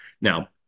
Now